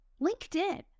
LinkedIn